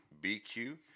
BQ